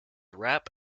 rap